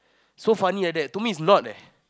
so funny like that to me it's not